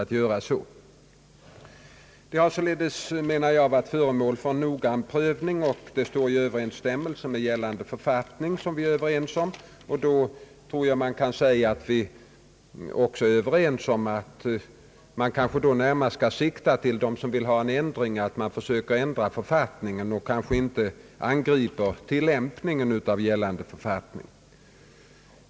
Ärendet har alltså varit föremål för noggrann prövning, och beslutet står i överensstämmelse med gällande författning — vilket vi är överens om — och då kanske vi också kan vara överens om att de som vill ha en ändring skall sikta på att ändra författningen och inte angripa tillämpningen av gällande författning.